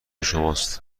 شماست